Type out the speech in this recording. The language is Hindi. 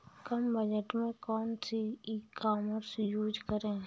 कम बजट में कौन सी ई कॉमर्स यूज़ करें?